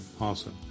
Awesome